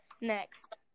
next